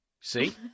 see